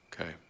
Okay